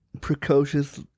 precocious